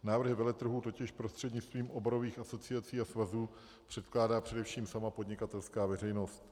Návrhy veletrhů totiž prostřednictvím oborových asociací a svazů předkládá především sama podnikatelská veřejnost.